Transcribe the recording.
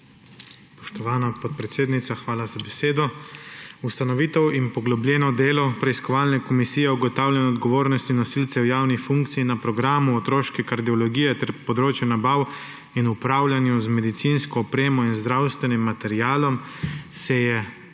Spoštovana podpredsednica, hvala za besedo. Ustanovitev in poglobljeno delo preiskovalne komisije o ugotavljanju odgovornosti nosilcev javnih funkcij na programu otroške kardiologije ter področju nabav in upravljanju z medicinsko opremo in zdravstvenim materialom se je